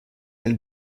elle